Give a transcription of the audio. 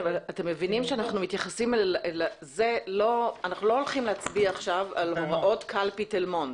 אנחנו לא הלכים להצביע עכשיו על הוראות קלפי תל מונד,